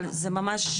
אבל זה ממש,